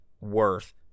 worth